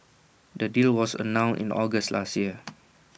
the deal was announced in August last year